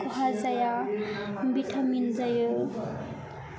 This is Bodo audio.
खहा जाया भिटामिन जायो